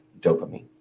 dopamine